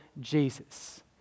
Jesus